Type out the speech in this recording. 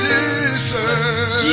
Jesus